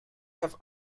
have